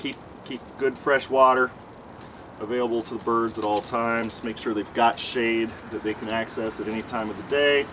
keep keep good fresh water available to the birds at all times make sure they've got shade that they can access at any time of the day